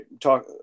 talk